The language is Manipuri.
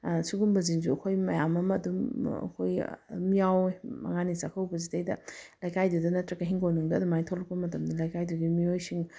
ꯁꯨꯒꯨꯝꯕꯁꯤꯡꯁꯨ ꯑꯩꯈꯣꯏ ꯃꯌꯥꯝ ꯑꯃ ꯑꯗꯨꯝ ꯑꯩꯈꯣꯏ ꯑꯗꯨꯝ ꯌꯥꯎꯑꯦ ꯃꯉꯥꯅꯤ ꯆꯥꯛꯀꯧꯕꯁꯤꯗꯩꯗ ꯂꯩꯀꯥꯏꯗꯨꯗ ꯅꯠꯇ꯭ꯔꯒ ꯏꯪꯈꯣꯟꯅꯨꯡꯗ ꯑꯗꯨꯃꯥꯏꯅ ꯊꯣꯛꯂꯛꯄ ꯃꯇꯝꯗ ꯂꯩꯀꯥꯏꯗꯨꯒꯤ ꯃꯤꯑꯣꯏꯁꯤꯡ